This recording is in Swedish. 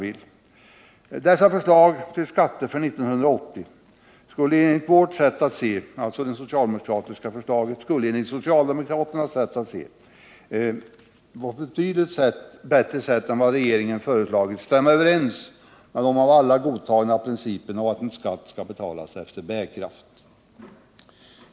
Socialdemokraternas förslag till skatter för 1980 skulle enligt vårt sätt att se betydligt bättre än regeringens förslag överensstämma med den av alla godtagna principen om att skatt skall betalas efter bärkraft.